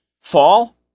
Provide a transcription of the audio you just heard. fall